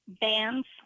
bands